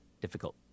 difficult